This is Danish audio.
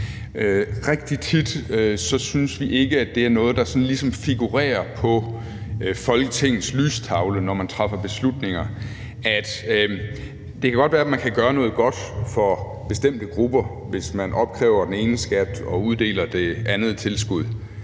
Rigtig tit synes vi ikke, at det er noget, der ligesom figurerer på Folketingets lystavle, når man træffer beslutninger. Det kan godt være, at man kan gøre noget godt for bestemte grupper, hvis man opkræver en skat og tildeler den som et tilskud,